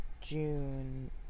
june